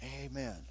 amen